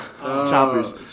Choppers